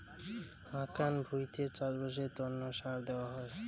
হাকান ভুঁইতে চাষবাসের তন্ন সার দেওয়া হই